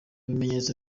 bimenyetso